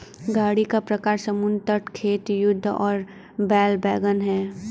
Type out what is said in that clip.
गाड़ी का प्रकार समुद्र तट, खेत, युद्ध और बैल वैगन है